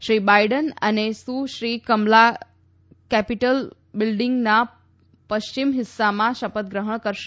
Shri Biden અને Sushri Kamala capitol બીલ્ડીંગના પશ્ચિમ હિસ્સામાં શપથગ્રહણ કરશે